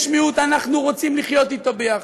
יש מיעוט, אנחנו רוצים לחיות אתם יחד,